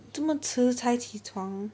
什么迟才起床